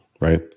right